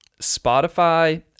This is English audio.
Spotify